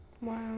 wow